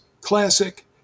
classic